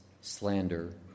slander